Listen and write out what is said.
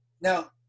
Now